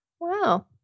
Wow